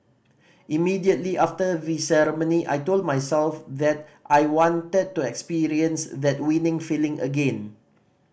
immediately after the ceremony I told myself that I wanted to experience that winning feeling again